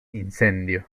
incendio